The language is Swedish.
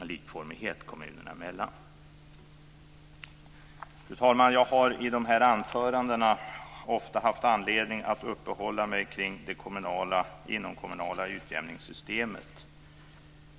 likformighet mellan kommunerna. Fru talman! Jag har i mina anföranden ofta haft anledning att uppehålla mig kring det inomkommunala utjämningssystemet.